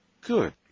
Good